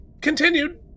continued